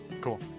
Cool